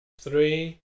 three